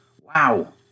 Wow